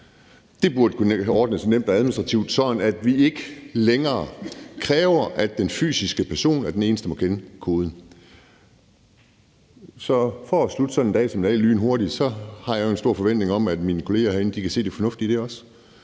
det burde kunne ordnes nemt og administrativt – sådan at vi ikke længere kræver, at den fysiske person er den eneste, der må kende koden. Så for at slutte sådan en dag som i dag lynhurtigt vil jeg sige, at jeg jo har en stor forventning om, at mine kollegaer herinde også kan se det fornuftige i det, og